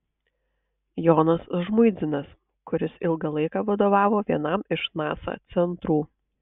jonas žmuidzinas kuris ilgą laiką vadovavo vienam iš nasa centrų